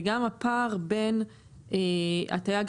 וגם הפער בין הטעיה,